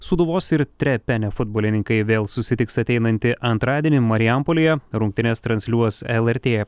sūduvos ir trepene futbolininkai vėl susitiks ateinantį antradienį marijampolėje rungtynes transliuos lrt